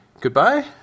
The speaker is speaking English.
Goodbye